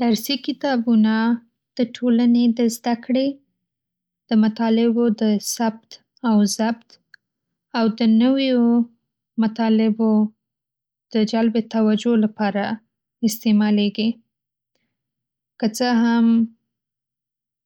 درسي کتابونه د ټولنې د زدکړې،‌د مطالبو د ثبت او ظبط او د نویو مطالبو د جلب توجه لپاره استعمالیږي. که څه هم